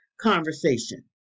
conversation